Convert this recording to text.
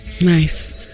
Nice